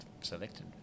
selected